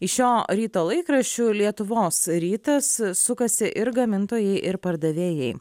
iš šio ryto laikraščių lietuvos rytas sukasi ir gamintojai ir pardavėjai